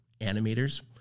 animators